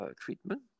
treatment